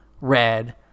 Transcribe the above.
red